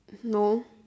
no